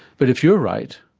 but if you're right,